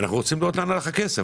אנחנו רוצים לראות לאן הלך הכסף,